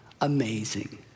amazing